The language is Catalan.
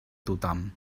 tothom